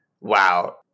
Wow